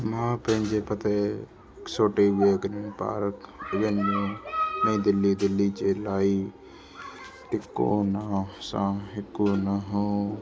मां पंहिंजे पते हिकु सौ टेवीह ग्रीन पार्क एवेन्यू नईं दिल्ली दिल्ली जे लाइ तिकोना सां हिकु नओं